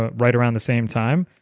ah right around the same time,